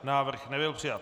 Návrh nebyl přijat.